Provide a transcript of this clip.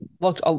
looked